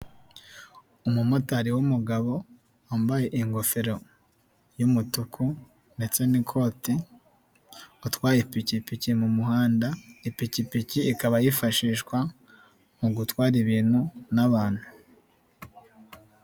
Umumotari w'umugabo wambaye ingofero y'umutuku ndetse n'ikoti, utwaye ipikipiki mu muhanda, ipikipiki ikaba yifashishwa mu gutwara ibintu n'abantu.